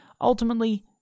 Ultimately